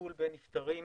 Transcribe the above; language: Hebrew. טיפול בנפטרים